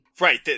Right